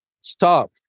stop